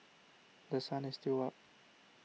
The Sun is still up